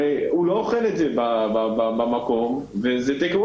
הרי אותו אדם לא אוכל את זה במקום אלא לוקח את זה אתו.